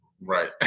Right